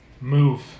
Move